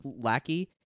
lackey